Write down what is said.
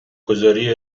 گذاری